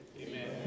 Amen